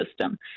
system